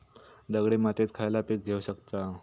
दगडी मातीत खयला पीक घेव शकताव?